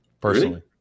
personally